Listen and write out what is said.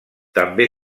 també